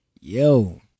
Yo